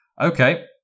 Okay